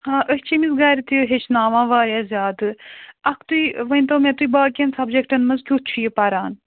آ أسۍ چھِ أمِس گَرِ تہِ ہیٚچھناوان واریاہ زیادٕ اَکھتُے ؤنۍتو مےٚ تُہۍ باقیَن سَبجَکٹَن منٛز کٮُ۪تھ چھُ یہِ پَران